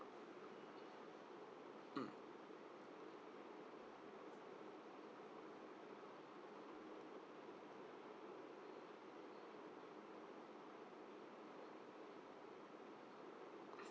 mm